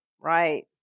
right